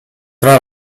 tra